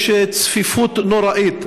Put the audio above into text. יש צפיפות נוראית,